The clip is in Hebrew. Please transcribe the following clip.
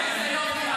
מה לא אומרים